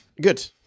Good